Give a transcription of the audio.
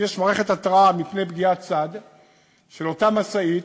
אם יש מערכת התרעה מפני פגיעת-צד של אותה משאית,